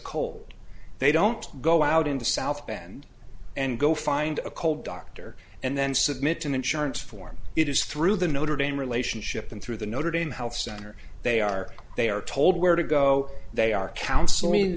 cold they don't go out into south bend and go find a cold doctor and then submit an insurance form it is through the notre dame relationship and through the notre dame health center they are they are told where to go they are counsel me